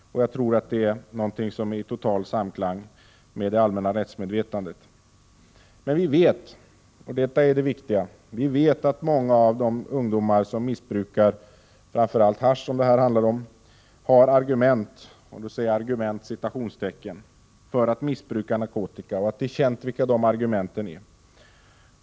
Jag tror det är någonting som är i total samklang med det allmänna rättsmedvetandet. Men vi vet — och detta är det viktiga — att många av de ungdomar som missbrukar framför allt hasch har ”argument” för att missbruka narkotika. Det är också känt vilka dessa argument är.